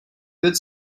good